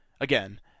Again